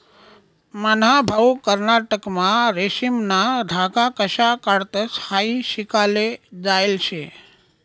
मन्हा भाऊ कर्नाटकमा रेशीमना धागा कशा काढतंस हायी शिकाले जायेल शे